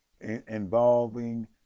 involving